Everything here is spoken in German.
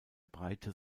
breite